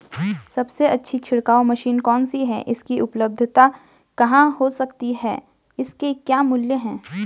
सबसे अच्छी छिड़काव मशीन कौन सी है इसकी उपलधता कहाँ हो सकती है इसके क्या मूल्य हैं?